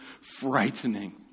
frightening